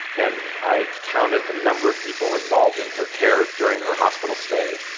and i counted the number of people involved in her care during her hospital stay,